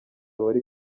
bari